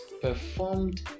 performed